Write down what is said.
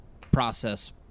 process